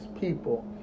people